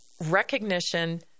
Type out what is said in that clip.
recognition